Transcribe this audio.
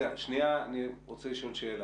אני רוצה לשאול שאלה.